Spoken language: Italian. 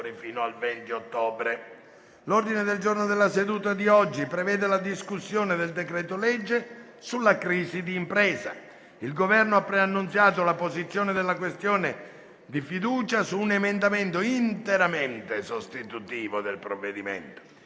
L'ordine del giorno della seduta di oggi prevede la discussione del decreto-legge sulla crisi d'impresa. Il Governo ha preannunciato la posizione della questione di fiducia su un emendamento interamente sostitutivo del provvedimento.